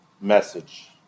message